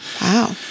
wow